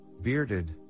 bearded